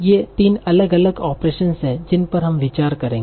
ये तीन अलग अलग ओपरेसंस हैं जिन पर हम विचार करेंगे